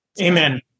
Amen